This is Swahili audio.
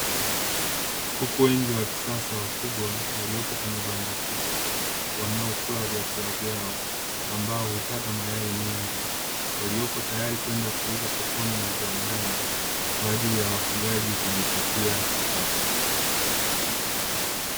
Kuku wengi wa kisasa wakubwa waliopo kwenye banda kubwa wanaokula vyakula vyao ambao hutaga mayai mengi, waliopo tayari kwenda kuuzwa sokoni na viwandani kwa ajili ya wafugaji kujipatia kipato.